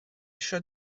isio